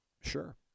Sure